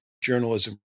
journalism